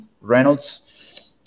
Reynolds